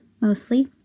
mostly